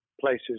places